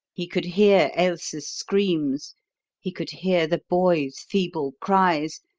he could hear ailsa's screams he could hear the boy's feeble cries,